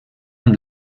amb